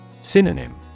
Synonym